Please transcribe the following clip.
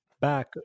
back